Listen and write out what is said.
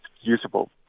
usable